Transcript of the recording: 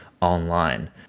online